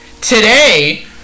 Today